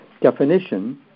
definition